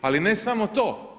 Ali ne samo to.